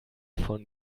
von